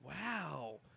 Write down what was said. wow